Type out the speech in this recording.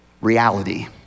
reality